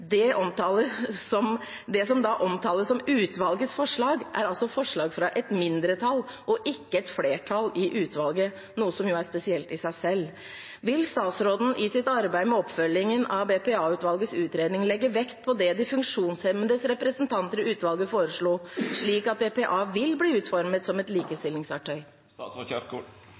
Det som omtales som utvalgets forslag, er altså forslag fra et mindretall og ikke et flertall i utvalget – noe som jo er spesielt i seg selv. Vil statsråden i sitt arbeid med oppfølgningen av BPA-utvalgets utredning legge vekt på det de funksjonshemmedes representanter i utvalget foreslo, slik at BPA vil bli utformet som et likestillingsverktøy?